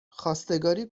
خواستگاری